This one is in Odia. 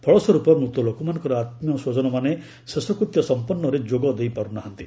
ଫଳ ସ୍ୱରୂପ ମୃତ ଲୋକମାନଙ୍କର ଆତ୍ମୀୟ ସ୍ୱଜନମାନେ ଶେଷକୃତ୍ୟ ସମ୍ପନ୍ଧରେ ଯୋଗ ଦେଇପାରୁ ନାହାନ୍ତି